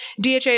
DHA